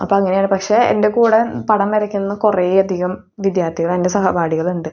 അപ്പോൾ അങ്ങനെയാണ് പക്ഷെ എൻ്റെ കൂടെ പടം വരക്കുന്ന കുറെ അധികം വിദ്യാർത്ഥികൾ എൻ്റെ സഹപാഠികളുണ്ട്